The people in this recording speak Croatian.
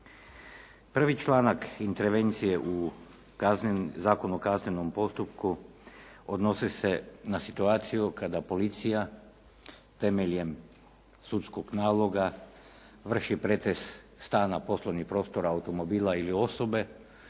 Prvi članak, intervencije u Zakonu o kaznenom postupku odnose se na situaciju kada policija temeljem sudskog naloga vrši pretres stana, poslovnih prostora, automobila ili osobe